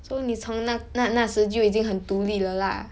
so 你从那那那时就已经很独立了 lah